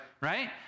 Right